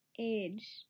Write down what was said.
Age